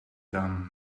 dumb